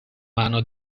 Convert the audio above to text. mano